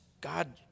God